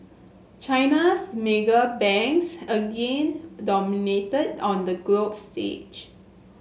China's mega banks again dominated on the stage